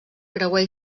creuer